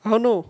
I don't know